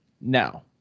Now